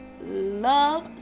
love